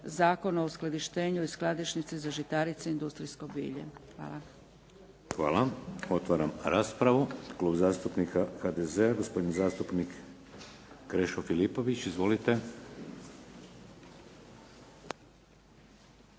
zakon o uskladištenju i skladišnici za žitarice i industrijsko bilje. Hvala. **Šeks, Vladimir (HDZ)** Hvala. Otvaram raspravu. Klub zastupnika HDZ-a, gospodin zastupnik Krešo Filipović. Izvolite.